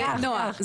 זה נועה.